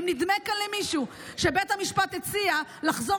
ואם נדמה כאן למישהו שבית המשפט הציע לחזור